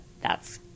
thats